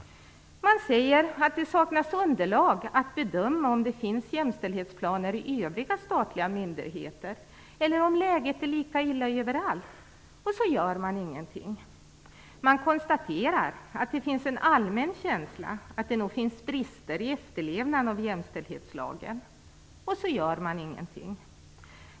Man säger att det saknas underlag att bedöma om det finns jämställdhetsplaner i övriga statliga myndigheter eller om läget är lika illa överallt. Och så gör man ingenting. Man konstaterar att det finns en allmän känsla av att det nog finns brister i efterlevnaden av jämställdhetslagen. Och så gör man ingenting.